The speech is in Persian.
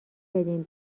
بدین